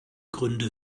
gründe